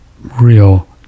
real